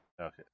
okay